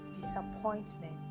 disappointment